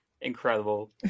incredible